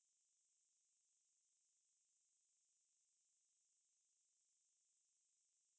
因为 economics economics 是 like collect statistics from outside 的 like around singapore that kind of things mm